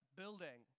building